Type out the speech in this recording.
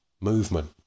movement